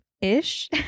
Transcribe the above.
ish